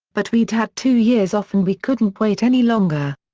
but we'd had two years off and we couldn't wait any longer.